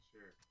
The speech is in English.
Sure